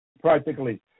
practically